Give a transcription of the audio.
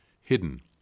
hidden